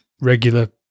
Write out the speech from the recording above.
regular